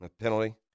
Penalty